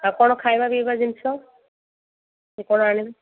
ଆପଣ ଖାଇବା ପିଇବା ଜିନିଷ କି କଣ ଆଣିବେ